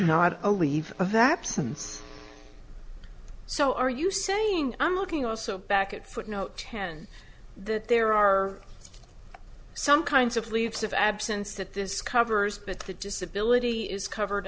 not a leave of absence so are you saying i'm looking also back at footnote ten that there are some kinds of leaves of absence that this covers but the disability is covered